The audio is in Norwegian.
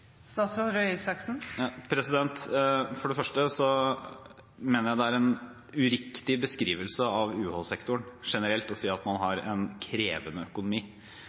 For det første mener jeg det er en uriktig beskrivelse av UH-sektoren generelt å si at man har en krevende økonomi.